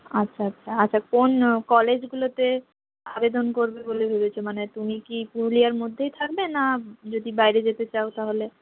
আচ্ছা আচ্ছা আচ্ছা কোন কলেজগুলোতে আবেদন করবে বলে ভেবেছ মানে তুমি কি পুরুলিয়ার মধ্যেই থাকবে না যদি বাইরে যেতে চাও তাহলে